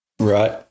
right